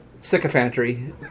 sycophantry